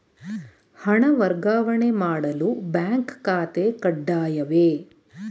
ಹಣ ವರ್ಗಾವಣೆ ಮಾಡಲು ಬ್ಯಾಂಕ್ ಖಾತೆ ಕಡ್ಡಾಯವೇ?